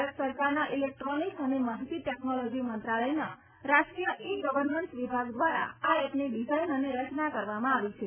ભારત સરકારના ઇલેક્ટ્રોનિક્સ અને માહિતી ટેકનોલોજી મંત્રાલયના રાષ્ટ્રીય ઇ ગર્વનન્સ વિભાગ દ્વારા આ એપની ડિઝાઇન અને રચના કરવામાં આવી છે